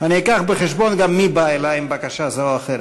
אני אביא בחשבון גם מי בא אלי עם בקשה זו או אחרת.